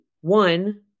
one